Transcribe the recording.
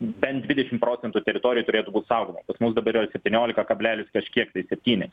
bent dvidešim procentų teritorijų turėtų būt pas mus dabar yra septyniolika kablelis kažkiek tai